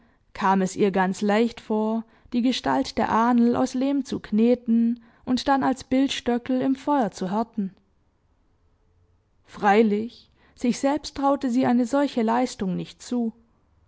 kam es ihr ganz leicht vor die gestalt der ahnl aus lehm zu kneten und dann als bildstöckl im feuer zu härten freilich sich selbst traute sie eine solche leistung nicht zu